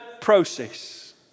process